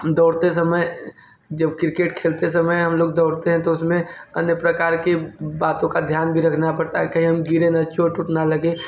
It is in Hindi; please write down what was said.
हम दौड़ते समय जब क्रिकेट खेलते समय हम लोग दौड़ते हैं तो उसमें अन्य प्रकार के बातों का ध्यान भी रखना पड़ता है कहीं हम गिरे न चोट वोट न लगे